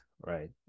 right